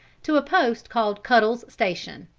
to a post called kuddle's station.